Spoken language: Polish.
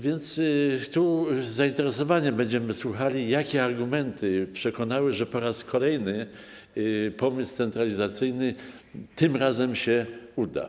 Więc z zainteresowaniem będziemy słuchali, jakie argumenty przekonały, że po raz kolejny pomysł centralizacyjny tym razem się uda.